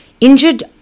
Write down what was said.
injured